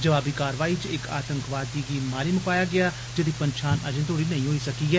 जवाबी कारवाई च इक आतंकवादी गी मारी मुकाया गेया जेदी पंछान अजें तोड़ी नेईं होई सकी ऐ